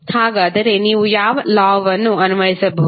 ಹಾಗಾದರೆ ನೀವು ಯಾವ ಲಾವನ್ನು ಅನ್ವಯಿಸಬಹುದು